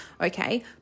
Okay